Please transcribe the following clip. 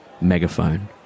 megaphone